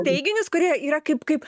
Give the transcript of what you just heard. teiginius kurie yra kaip kaip